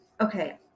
Okay